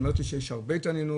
היא אומרת לי שיש הרבה התעניינות,